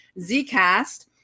zcast